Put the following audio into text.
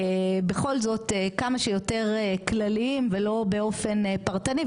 בכל זאת כמה שיותר כלליים ולא באופן פרטני,